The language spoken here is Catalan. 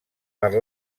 per